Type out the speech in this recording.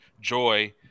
joy